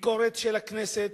ביקורת של הכנסת.